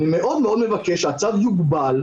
אני מאוד מאוד מבקש שהצו יוגבל,